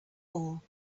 all